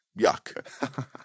yuck